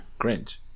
Grinch